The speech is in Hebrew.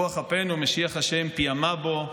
רוח אפינו משיח ה', פיעמה בו.